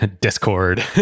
Discord